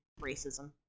racism